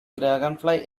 dragonfly